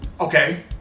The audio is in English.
okay